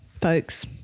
folks